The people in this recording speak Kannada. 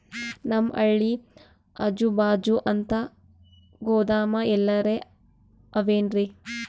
ನಮ್ ಹಳ್ಳಿ ಅಜುಬಾಜು ಅಂತ ಗೋದಾಮ ಎಲ್ಲರೆ ಅವೇನ್ರಿ?